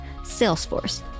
salesforce